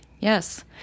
Yes